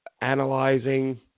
analyzing